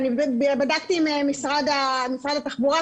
בדקתי עם משרד התחבורה.